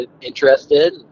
interested